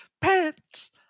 pants